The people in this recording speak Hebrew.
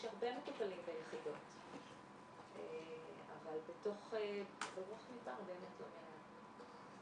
יש הרבה מטופלים ביחידות אבל ברוח מדבר באמת --- מעניין.